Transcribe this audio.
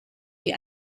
die